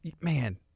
man